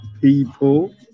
people